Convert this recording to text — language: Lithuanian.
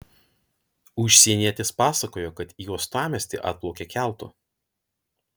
užsienietis pasakojo kad į uostamiestį atplaukė keltu